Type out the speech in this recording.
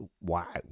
wow